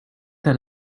that